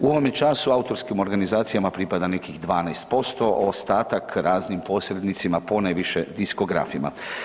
U ovome času autorskim organizacijama pripada nekih 12%, ostatak raznim posrednicima, ponajviše diskografima.